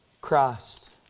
Christ